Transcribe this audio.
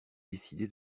décidé